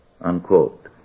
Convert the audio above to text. Unquote